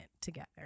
together